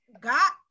got